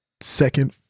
second